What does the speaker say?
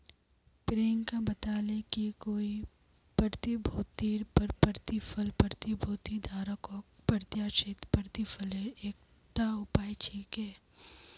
प्रियंका बताले कि कोई प्रतिभूतिर पर प्रतिफल प्रतिभूति धारकक प्रत्याशित प्रतिफलेर एकता उपाय छिके